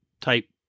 type